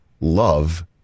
love